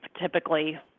typically –